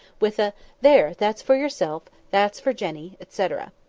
with a there! that's for yourself that's for jenny, etc.